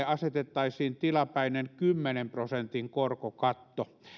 asetettaisiin tilapäinen kymmenen prosentin korkokatto